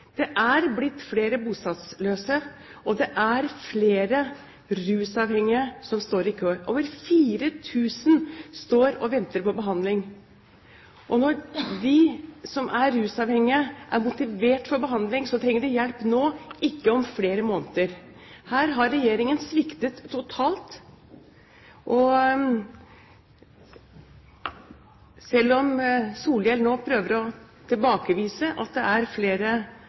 det er blitt flere bostedsløse, og det er flere rusavhengige som står i kø. Over 4 000 står og venter på behandling. Når de som er rusavhengige, er motivert for behandling, trenger de hjelp nå, ikke om flere måneder. Her har regjeringen sviktet totalt, og selv om Solhjell nå prøver å tilbakevise at det er flere